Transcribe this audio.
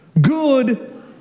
good